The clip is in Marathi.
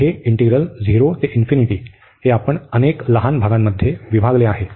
तर हे इंटिग्रल 0 ते हे आपण अनेक लहान भागांमध्ये विभागले आहे